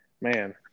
Man